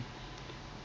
duit so